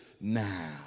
now